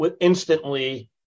instantly